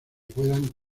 puedan